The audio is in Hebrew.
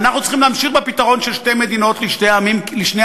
ואנחנו צריכים להמשיך בפתרון של שתי מדינות לשני עמים,